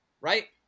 right